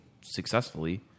successfully